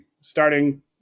starting